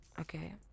okay